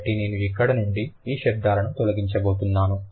కాబట్టి నేను ఇక్కడి నుండి ఈ శబ్దాలను తొలగించబోతున్నాను